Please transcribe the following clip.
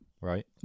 Right